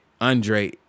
Andre